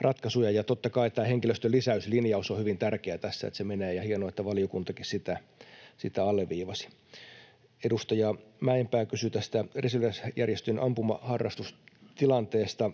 ratkaisuja, ja totta kai tämä linjaus henkilöstön lisäyksestä on hyvin tärkeä tässä, se että se menee eteenpäin, ja hienoa, että valiokuntakin sitä alleviivasi. Edustaja Mäenpää kysyi tästä reserviläisjärjestöjen ampumaharrastustilanteesta.